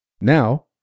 Now